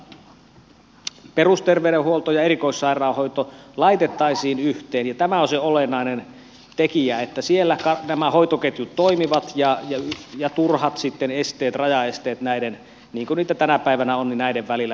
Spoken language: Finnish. meidän mallissamme perusterveydenhuolto ja erikoissairaanhoito laitettaisiin yhteen ja tämä on se olennainen tekijä että siellä nämä hoitoketjut toimivat ja turhat esteet rajaesteet niin kuin niitä tänä päivänä on näiden välillä karsittaisiin